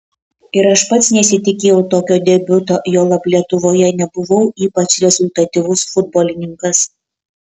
ir aš pats nesitikėjau tokio debiuto juolab lietuvoje nebuvau ypač rezultatyvus futbolininkas